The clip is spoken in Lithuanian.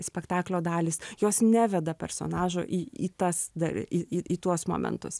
spektaklio dalys jos neveda personažų į į tas dar į į į tuos momentus